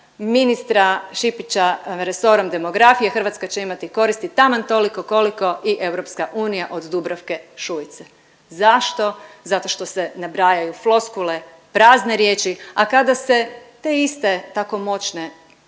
ministra Šipića resorom demografije Hrvatska će imati koristi taman toliko koliko i EU od Dubravke Šuice. Zašto? Zato što se nabrajaju floskule, prazne riječi, a kada se te iste tako moćne